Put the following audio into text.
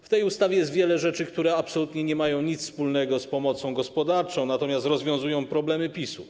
W tej ustawie jest wiele rzeczy, które absolutnie nie mają nic wspólnego z pomocą gospodarczą, natomiast rozwiązują problemy PiS-u.